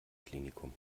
klinikum